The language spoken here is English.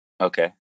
okay